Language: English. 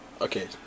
Okay